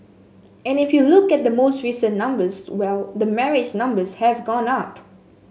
and if you look at the most recent numbers well the marriage numbers have gone up